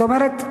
זאת אומרת,